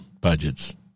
budgets